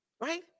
Right